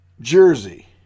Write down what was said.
jersey